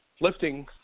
lifting